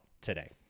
today